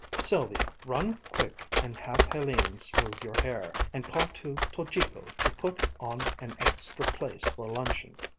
sylvia, run quick and have helene smooth your hair. and call to tojiko to put on an extra place for luncheon.